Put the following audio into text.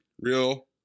Real